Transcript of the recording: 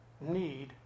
need